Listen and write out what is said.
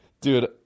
Dude